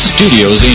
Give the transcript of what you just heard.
Studios